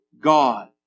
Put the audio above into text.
God